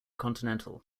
continental